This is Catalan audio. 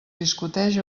discuteix